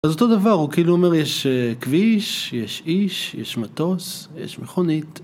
אז אותו דבר, הוא כאילו אומר יש כביש, יש איש, יש מטוס, יש מכונית.